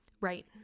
Right